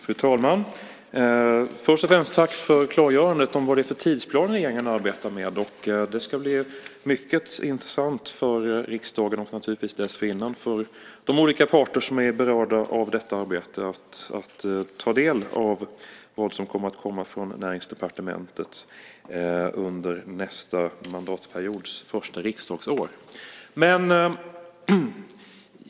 Fru talman! Först och främst tack för klargörandet om vad det är för tidsplan som regeringen arbetar med. Det ska bli mycket intressant för riksdagen, och naturligtvis dessförinnan för de olika parter som är berörda av detta arbete, att ta del av vad som kommer att komma från Näringsdepartementet under nästa mandatperiods första riksdagsår.